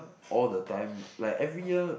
all the time like every year